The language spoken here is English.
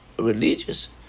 religious